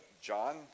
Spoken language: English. John